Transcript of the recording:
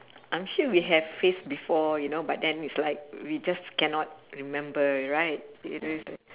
I'm sure we have face before you know but then it's like we just cannot remember right